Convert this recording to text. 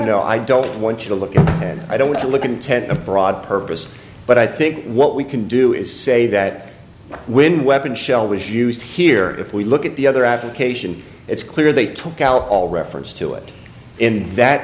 no i don't want you to look and i don't want to look intent a broad purpose but i think what we can do is say that when weapon shell was used here if we look at the other application it's clear they took out all reference to it and that